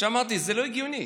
אמרתי: זה לא הגיוני,